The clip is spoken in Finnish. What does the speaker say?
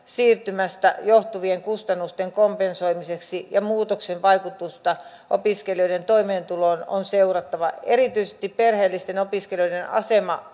siirtymästä johtuvien kustannusten kompensoimiseksi ja muutoksen vaikutusta opiskelijoiden toimeentuloon on seurattava erityisesti perheellisten opiskelijoiden asema